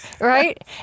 right